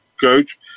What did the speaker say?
Coach